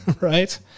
right